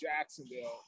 Jacksonville